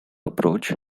approach